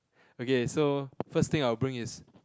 okay so first thing I will bring is